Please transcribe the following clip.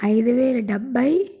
ఐదు వేల డెబ్భై